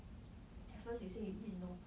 at first you say you didn't know